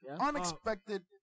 Unexpected